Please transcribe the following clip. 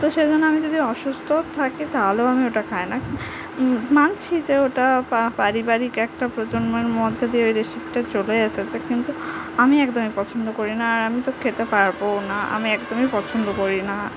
তো সেই জন্য আমি যদি অসুস্থ থাকি তাহলেও আমি ওটা খাই না মানছি যে ওটা পারিবারিক একটা প্রজন্মের মধ্যে দিয়ে ওই রেসিপিটা চলে এসেছে কিন্তু আমি একদমই পছন্দ করি না আর আমি তো খেতে পারবও না আমি একদমই পছন্দ করি না